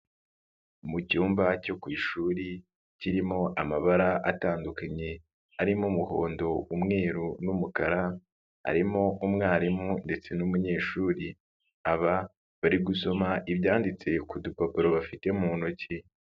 Mu cyumba cyo ku ishuri kirimo amabara atandukanye arimo umuhondo, umweru n'umukara, harimo umwarimu ndetse n'umunyeshuri, aba bari gusoma ibyanditse ku dupapuro bafite mu ntoki.